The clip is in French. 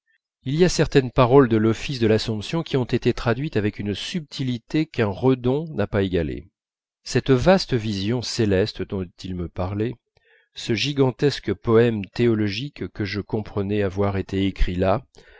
il y a certaines paroles de l'office de l'assomption qui ont été traduites avec une subtilité qu'un redon n'a pas égalée cette vaste vision céleste dont il me parlait ce gigantesque poème théologique que je comprenais avoir été écrit là